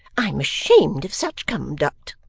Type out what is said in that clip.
i'm ashamed of such conduct